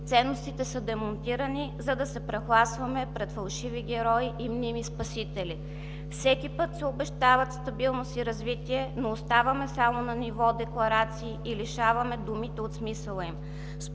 Ценностите са демонтирани, за да се прехласваме пред фалшиви герои и мними спасители. Всеки път се обещават стабилност и развитие, но оставаме само на ниво декларации и лишаваме думите от смисъла им.